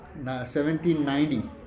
1790